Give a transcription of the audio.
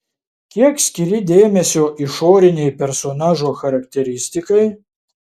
kiek skiri dėmesio išorinei personažo charakteristikai